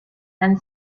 and